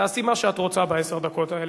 תעשי מה שאת רוצה בעשר הדקות האלה.